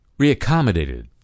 reaccommodated